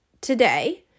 today